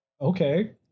Okay